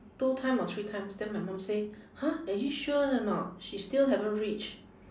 two time or three times then my mum say !huh! are you sure or not she still haven't reach